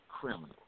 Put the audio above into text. criminals